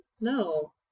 No